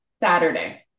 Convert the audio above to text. Saturday